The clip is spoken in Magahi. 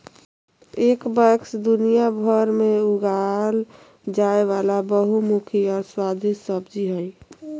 स्क्वैश दुनियाभर में उगाल जाय वला बहुमुखी और स्वादिस्ट सब्जी हइ